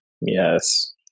Yes